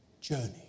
journey